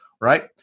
right